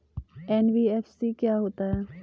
NBFC क्या होता है?